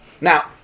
Now